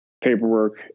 paperwork